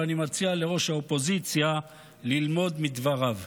ואני מציע לראש האופוזיציה ללמוד מדבריו.